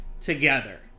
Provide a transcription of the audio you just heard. together